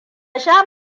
sha